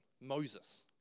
Moses